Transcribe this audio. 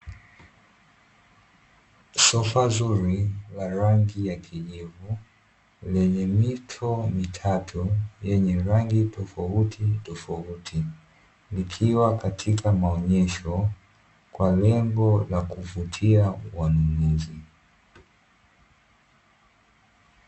Sofa zuri la rangi ya kijivu lenye mito mitatu yenye rangi tofauti tofauti, ikiwa katika maonyesho kwa lengo la kuvutia wanunuzi.